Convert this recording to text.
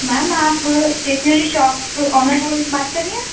میم آپ stationery shop owner بات کر رہی ہیں